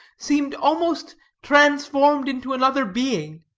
seemed almost transformed into another being.